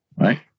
right